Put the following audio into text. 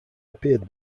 appeared